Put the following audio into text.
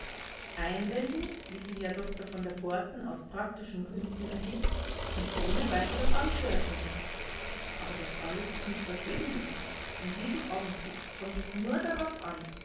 einwände wie sie herr dr von der porten aus praktischen gründen erhebt sind ohne weiteres anzuerkennen aber das alles ist nicht das wesentliche in diesem augenblick kommt es nur darauf an